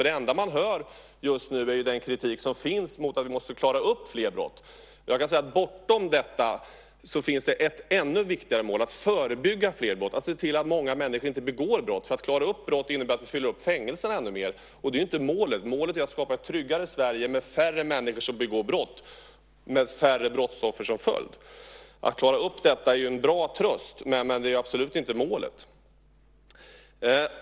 Det enda man hör just nu är kritiken om att vi måste klara upp fler brott, men bortom detta finns ju ett ännu viktigare mål: att förebygga fler brott, att se till att många människor inte begår brott. Att klara upp brott innebär att vi fyller fängelserna ännu mer, och det är inte målet. Målet är att skapa ett tryggare Sverige med färre människor som begår brott, med färre brottsoffer som följd. Att klara upp brotten är en bra tröst, men det är absolut inte målet.